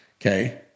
Okay